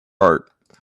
art